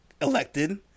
elected